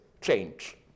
change